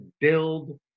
build